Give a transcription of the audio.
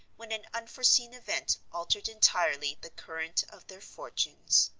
when an unforeseen event altered entirely the current of their fortunes.